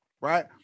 right